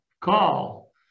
call